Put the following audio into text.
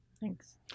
Thanks